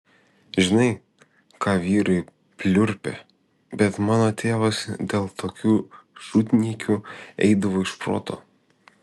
žinai ką vyrai pliurpia bet mano tėvas dėl tokių šūdniekių eidavo iš proto